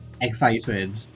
excited